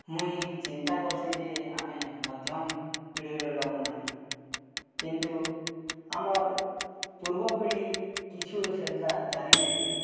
ମୁଇଁ ଚିନ୍ତା କର୍ସିଁ ଯେ ଆମେ ମଧ୍ୟମ ପିଢ଼ିର ଲୋକମାନେ କିନ୍ତୁ ଆମର ପୂର୍ବ ପିଢ଼ି କିଛୁ ସେନ୍ତା ଜାନିନାଇଁ ଥିଲେ